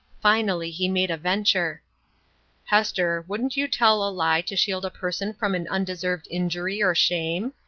finally he made a venture hester, wouldn't you tell a lie to shield a person from an undeserved injury or shame?